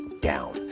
down